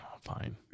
Fine